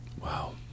Wow